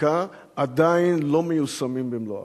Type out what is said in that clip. בחקיקה עדיין לא מיושמות במלואן,